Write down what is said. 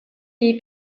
die